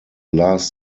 last